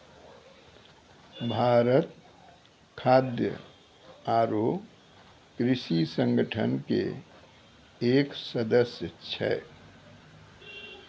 भारत खाद्य आरो कृषि संगठन के एक सदस्य छै